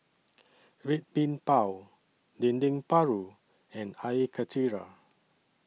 Red Bean Bao Dendeng Paru and Air Karthira